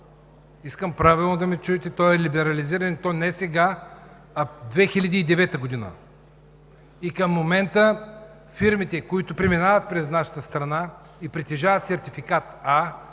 Искам правилно да ме чуете! Той е либерализиран, и то не сега, а през 2009 г. И към момента фирмите, преминаващи през нашата страна и притежаващи сертификат А,